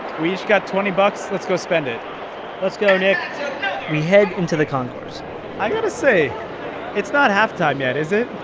we each got twenty bucks. let's go spend it let's go, nick we head into the concourse i've got to say it's not halftime yet, is it?